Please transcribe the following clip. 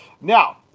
Now